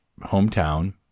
hometown